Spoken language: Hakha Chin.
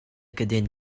kedan